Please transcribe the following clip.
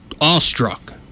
awestruck